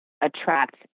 attract